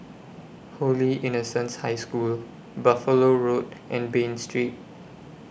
Holy Innocents' High School Buffalo Road and Bain Street